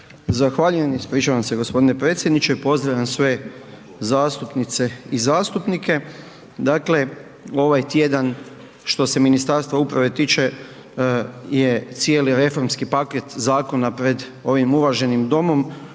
Zahvaljujem. Ispričavam se g. predsjedniče. Pozdravljam sve zastupnice i zastupnike. Dakle, ovaj tjedan što se Ministarstva uprave tiče je cijeli reformski paket zakona pred ovim uvaženim Domom.